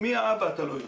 מי האבא, אתה לא יודע.